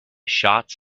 shots